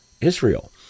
Israel